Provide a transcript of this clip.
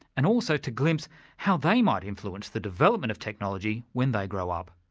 and also to glimpse how they might influence the development of technology when they grow up.